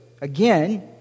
again